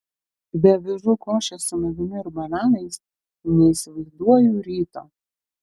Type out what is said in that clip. be avižų košės su medumi ir bananais neįsivaizduoju ryto